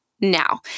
Now